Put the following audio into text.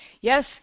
Yes